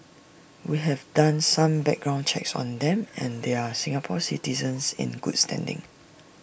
we have done some background checks on them and they are Singapore citizens in good standing